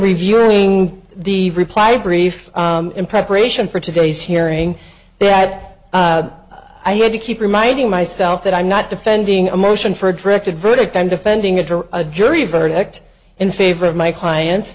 reviewing the reply brief in preparation for today's hearing that i had to keep reminding myself that i'm not defending a motion for a directed verdict i'm defending it for a jury verdict in favor of my clients